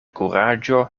kuraĝo